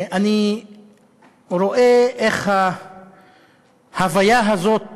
אני רואה איך ההוויה הזאת